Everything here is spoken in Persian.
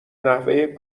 نحوه